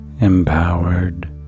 empowered